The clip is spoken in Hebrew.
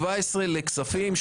17 לכספים,